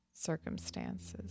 circumstances